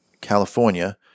california